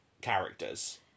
characters